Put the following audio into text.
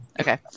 Okay